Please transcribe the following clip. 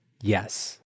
yes